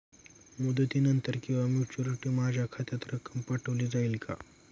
मुदतीनंतर किंवा मॅच्युरिटी माझ्या खात्यात रक्कम पाठवली जाईल का?